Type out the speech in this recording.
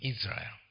Israel